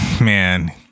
Man